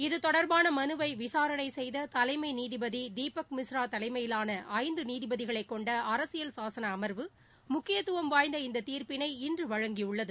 இது தொடர்பான மனுவை விசாரணை செய்த தலைமை நீதிபதி தீபக் மிஸ்ரா தலைமையிவான ஐந்து நீதிபதிகளை கொண்ட அரசியல் சாசன அமர்வு முக்கியத்தும் வாய்ந்த இந்த தீர்ப்பிளை இன்று வழங்கியுள்ளது